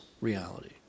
reality